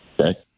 Okay